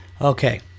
Okay